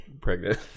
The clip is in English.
pregnant